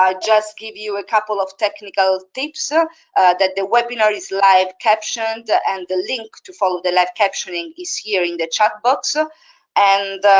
ah just give you a couple of technical tips, ah that the webinar is live captioned and the link to follow the live captioning is here in the chat box ah and,